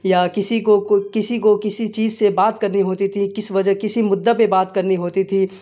یا کسی کو کسی کو کسی چیز سے بات کرنی ہوتی تھی کس وجہ کسی مدعا پہ بات کرنی ہوتی تھی